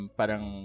parang